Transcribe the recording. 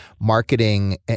marketing